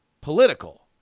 political